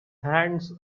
hands